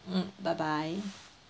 mm bye bye